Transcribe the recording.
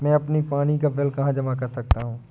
मैं अपने पानी का बिल कहाँ जमा कर सकता हूँ?